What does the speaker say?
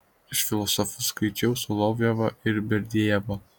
iš filosofų skaičiau solovjovą ir berdiajevą